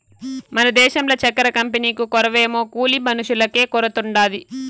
మన దేశంల చక్కెర కంపెనీకు కొరవేమో కూలి మనుషులకే కొరతుండాది